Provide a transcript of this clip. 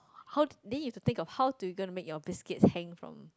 how then you have to think of how do you gonna to make your biscuits hang from